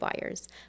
buyers